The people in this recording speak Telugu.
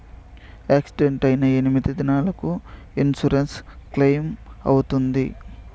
యాక్సిడెంట్ అయిన ఎన్ని దినాలకు ఇన్సూరెన్సు క్లెయిమ్ అవుతుంది?